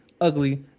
ugly